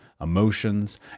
emotions